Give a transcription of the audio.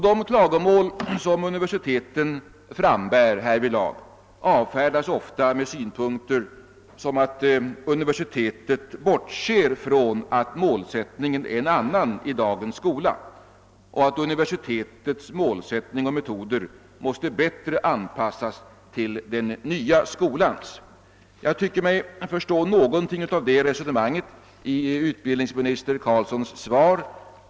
De klagomål som universiteten frambär härvidlag avfärdas ofta med synpunkter som att universitetet bortser från att målsättningen är en annan i dagens skola och att universitetets målsättning och metoder måste bättre anpassas till den nya skolans. Jag tycker mig förstå någonting av det resonemanget i utbildningsministerns svar.